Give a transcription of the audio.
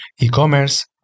e-commerce